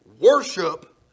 Worship